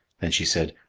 then she said,